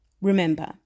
Remember